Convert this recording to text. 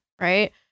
right